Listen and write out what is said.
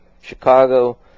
Chicago